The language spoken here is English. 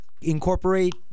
incorporate